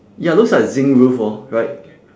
ya looks like a zinc roof hor right